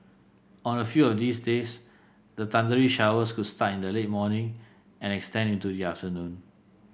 on a few of these days the thundery showers could start in the late morning and extend into the afternoon